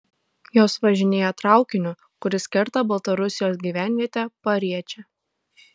jos važinėja traukiniu kuris kerta baltarusijos gyvenvietę pariečę